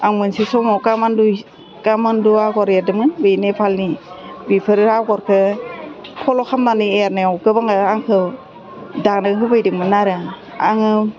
आं मोनसे समाव खामान्ड' खामान्ड' आग'र एरदोंमोन बे नेपालनि बेफोर आगरखौ फल' खालामनानै एरनायाव गोबांनो आंखौ दानो होफैदोंमोन आरो आङो